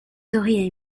tori